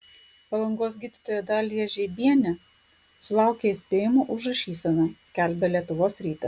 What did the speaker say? palangos gydytoja dalija žeibienė sulaukė įspėjimo už rašyseną skelbia lietuvos rytas